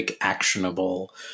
actionable